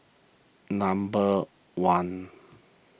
number one